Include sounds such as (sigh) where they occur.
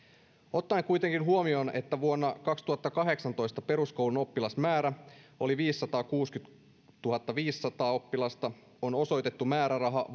ottaen kuitenkin huomioon että vuonna kaksituhattakahdeksantoista peruskoulun oppilasmäärä oli viisisataakuusikymmentätuhattaviisisataa oppilasta on osoitettu määräraha (unintelligible)